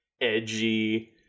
edgy